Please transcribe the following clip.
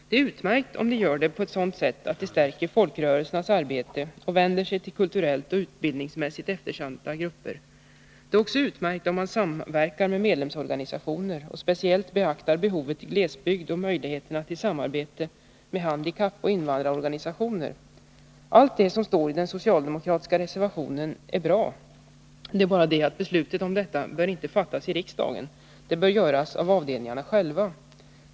Det är utmärkt om de gör det på ett sådant sätt att det stärker folkrörelsernas arbete och vänder sig till kulturellt och utbildningsmässigt eftersatta grupper. Det är också utmärkt om man samverkar med medlemsorganisationer och speciellt beaktar behovet i glesbygd och möjligheterna till samarbete med handikappoch invandrarorganisationer. Allt det som står i den socialdemokratiska reservationen är bra. Det är bara det att besluten härom inte bör fattas i riksdagen. De bör fattas av avdelningarna själva.